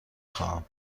خواهم